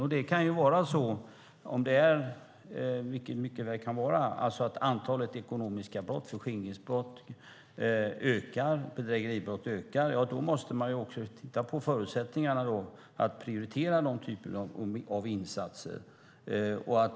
Det kan mycket väl vara så att antalet ekonomiska brott, såsom förskingringsbrott och bedrägeribrott, ökar. Då måste man titta på förutsättningarna för att prioritera insatser mot de typerna av brott.